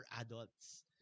adults